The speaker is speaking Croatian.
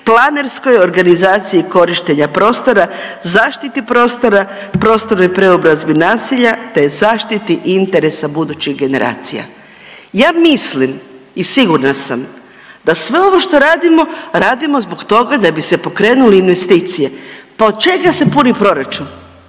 planerskoj organizaciji korištenja prostora, zaštiti prostora, prostornoj preobrazbi nasilja, te zaštiti interesa budućih generacija. Ja mislim i sigurna sam da sve ovo što radimo, radimo zbog toga da bi se pokrenule investicije. Pa od čega se puni proračun?